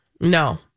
No